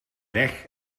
weg